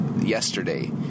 yesterday